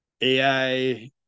ai